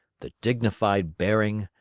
the dignified bearing,